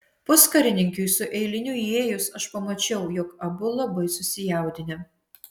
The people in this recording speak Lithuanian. puskarininkiui su eiliniu įėjus aš pamačiau jog abu labai susijaudinę